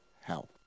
help